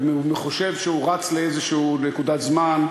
וחושב שהוא רץ לאיזו נקודת זמן.